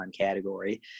category